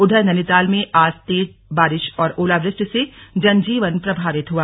उधर नैनीताल में आज तेज बारिश और ओलावृष्टि से जनजीवन प्रभावित हुआ